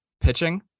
pitching